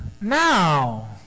now